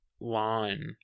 lawn